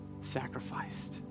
sacrificed